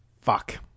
Fuck